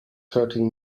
hurting